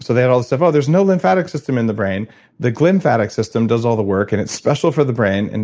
so they had all this stuff. oh, there's no lymphatic system in the brain the glymphatic system does all the work and it's special for the brain. and